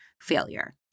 failure